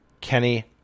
Kenny